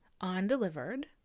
undelivered